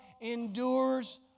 endures